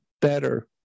better